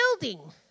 building